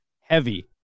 heavy